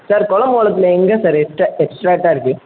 sir குலமங்கலத்துல எங்கே sir extra எக்ஸ்ட்ராக்டா இருக்குது